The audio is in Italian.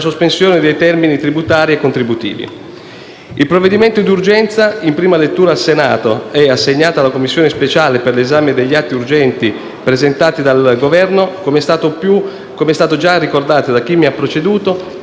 sospensione dei termini tributari e contributivi. Il provvedimento d'urgenza, in prima lettura al Senato e assegnato alla Commissione speciale per l'esame degli atti urgenti presentati dal Governo, come è stato ricordato da chi mi ha preceduto,